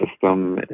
system